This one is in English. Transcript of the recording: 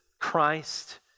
Christ